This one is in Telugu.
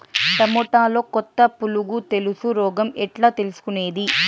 టమోటాలో కొత్త పులుగు తెలుసు రోగం ఎట్లా తెలుసుకునేది?